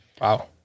Wow